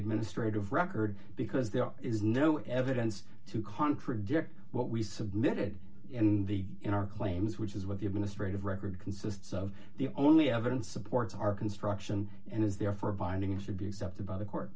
administrative record because there is no evidence to contradict what we submitted in the in our claims which is what the administrative record consists of the only evidence supports our construction and is therefore binding should be accepted by the court